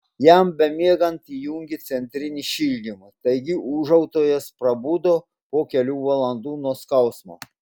jam bemiegant įjungė centrinį šildymą taigi ūžautojas prabudo po kelių valandų nuo skausmo